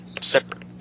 separate